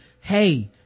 hey